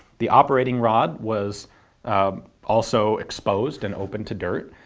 the operating rod was also exposed and open to dirt.